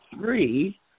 three